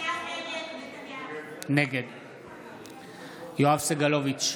נגד יואב סגלוביץ'